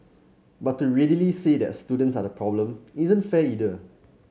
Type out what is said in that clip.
but to readily say that students are the problem isn't fair either